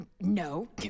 No